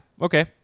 Okay